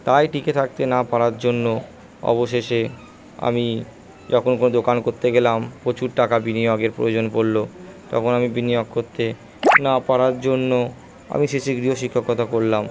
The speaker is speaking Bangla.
তাই টিকে থাকতে না পারার জন্য অবশেষে আমি যখন কোনো দোকান করতে গেলাম প্রচুর টাকা বিনিয়োগের প্রয়োজন পড়লো তখন আমি বিনিয়োগ করতে না পারার জন্য আমি শেষে গৃহশিক্ষকতা করলাম